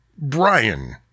brian